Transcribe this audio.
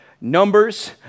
Numbers